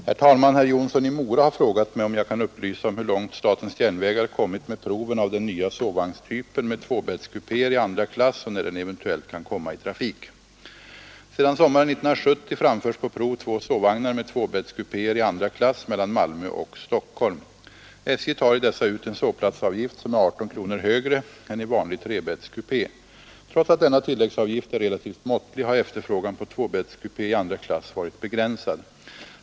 Herr talman! Herr Jonsson i Mora har frågat mig, om jag kan upplysa om hur långt SJ kommit med proven av den nya sovvagnstypen med tvåbäddskupéer i andra klass och när den eventuellt kan komma i trafik. Sedan sommaren 1970 framförs på prov två sovvagnar med tvåbäddskupéer i andra klass mellan Malmö och Stockholm. SJ tar i dessa ut en sovplatsavgift som är 18 kronor högre än i vanlig trebäddskupé. Trots att denna tilläggsavgift är relativt måttlig, har efterfrågan på tvåbäddskupé i andra klass varit begränsad.